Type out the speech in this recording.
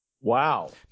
Wow